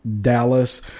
Dallas